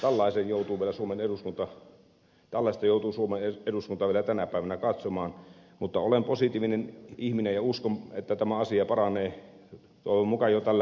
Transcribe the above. ihmettelen suuresti että tällaista joutuu suomen eduskunta vielä tänä päivänä katsomaan mutta olen positiivinen ihminen ja uskon että tämä asia paranee toivon mukaan jo tällä